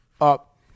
up